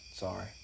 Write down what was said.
Sorry